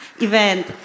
event